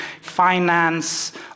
finance